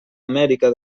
amèrica